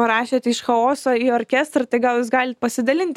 parašėt iš chaoso į orkestrą tai gal jūs galit pasidalinti